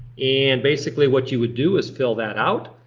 and basically what you would do is fill that out.